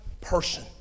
person